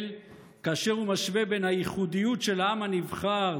כאשר הוא משווה בין הייחודיות של העם הנבחר,